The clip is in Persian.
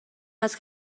است